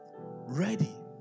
ready